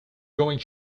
going